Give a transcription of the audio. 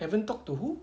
haven't talked to who